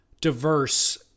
diverse